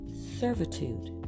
servitude